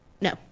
no